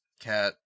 cat